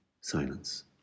silence